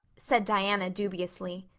said diana dubiously.